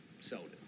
Sold